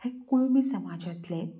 हे कुणबी समाजांतले